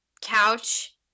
couch